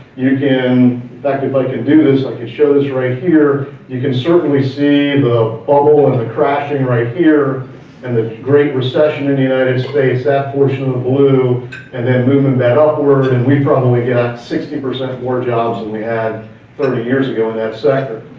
in fact if i can do this i could show this right here, you can certainly see the bubble and the crashing right here and the great recession in the united states, that portion of the blue and then moving back upward, and we probably got sixty percent more jobs than we had thirty years ago in that sector.